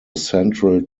central